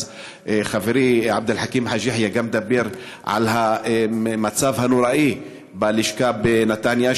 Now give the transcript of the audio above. וחברי עבד אל חכים חאג' יחיא דיבר על המצב הנוראי בלשכה בנתניה,